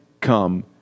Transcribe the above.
come